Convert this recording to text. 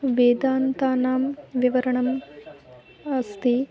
वेदान्तानां विवरणम् अस्ति